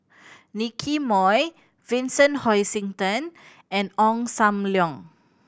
Nicky Moey Vincent Hoisington and Ong Sam Leong